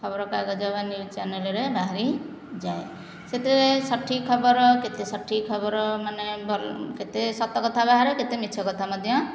ଖବରକାଗଜ ବା ନ୍ୟୁଜ୍ ଚ୍ୟାନେଲରେ ବାହାରିଯାଏ ସେତେବେଳେ ସଠିକ ଖବର କେତେ ସଠିକ ଖବର ମାନେ ଭଲ କେତେ ସତ କଥା ବାହାରେ କେତେ ମିଛ କଥା ମଧ୍ୟ